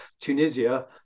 Tunisia